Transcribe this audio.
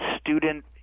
student